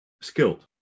skilled